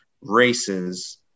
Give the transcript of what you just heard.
races